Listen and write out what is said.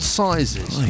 sizes